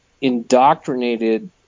indoctrinated